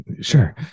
sure